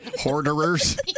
Hoarders